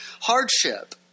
hardship